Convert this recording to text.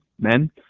men